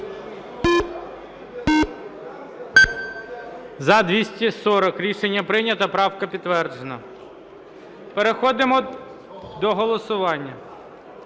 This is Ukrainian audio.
За-240 Рішення прийнято. Правка підтверджена. Переходимо до голосування.